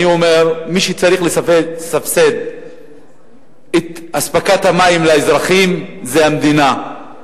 אני אומר שמי שצריך לסבסד את אספקת המים לאזרחים זה המדינה,